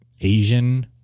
Asian